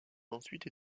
ensuite